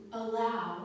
allow